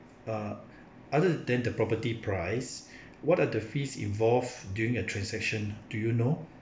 uh other than the property price what are the fees involved during a transaction do you know